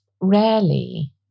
rarely